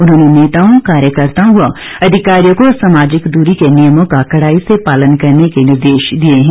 उन्होंने नेताओं कार्यकर्ताओं व अधिकारियों को सामाजिक दूरी के नियमों का कड़ाई से पालने करने के निर्देश दिए हैं